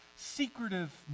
secretive